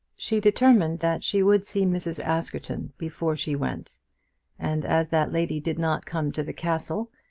she determined that she would see mrs. askerton before she went and as that lady did not come to the castle,